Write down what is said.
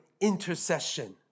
intercession